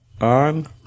On